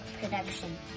production